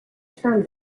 term